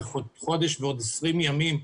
זה חודש ועוד 20 ימים.